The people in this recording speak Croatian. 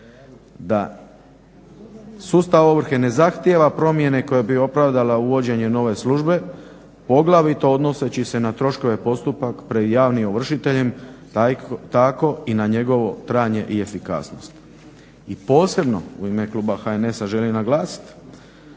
da sustav ovrhe ne zahtijeva promjene koje bi opravdale uvođenje nove službe, poglavito odnoseći se na troškove postupka pred javnim ovršiteljem, tako i na njegovo trajanje i efikasnost. I posebno u ime kluba HNS-a želim naglasit